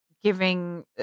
giving